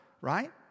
right